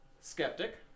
skeptic